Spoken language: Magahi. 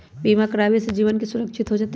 बीमा करावे से जीवन के सुरक्षित हो जतई?